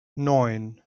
neun